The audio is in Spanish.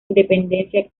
independencia